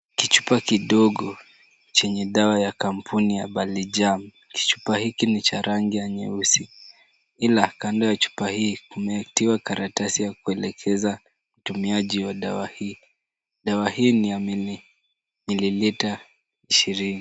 Kichupa kidogo chenye dawa ya kampuni ya Balley jam. Kichupa hiki ni cha rangi ya nyeusi ila kando ya chupa hii kumetiwa karatasi ya kuelekeza utumiaji wa dawa hii. Dawa hii ni ya mililita ishirini.